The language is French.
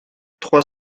trois